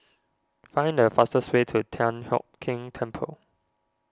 find the fastest way to Thian Hock Keng Temple